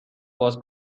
باز